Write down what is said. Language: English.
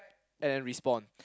and then respawn